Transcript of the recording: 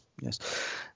yes